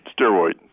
steroid